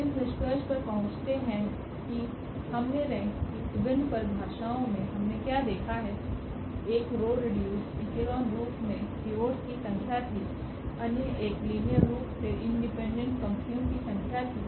इस निष्कर्ष पर पहुंचते हैं कि हमने रेंक की विभिन्न परिभाषाओं मे हमने क्या देखा है एक रो रीडयुस्ड इकलॉन रूप में पिवोट्स की संख्या थी अन्य एक लिनियर रूप से इंडिपेंडेंट पंक्तियों की संख्या थी